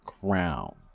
Crown